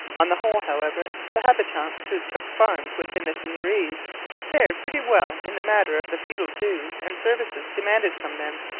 on the whole, however, the habitants who took farms within the seigneuries fared pretty well in the matter of the feudal dues and services demanded from them.